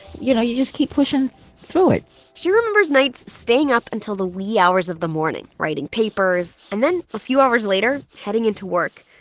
you know, you just keep pushing through it she remembers nights staying up until the wee hours of the morning writing papers and then, a few hours later, heading into work.